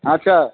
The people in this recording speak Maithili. अच्छा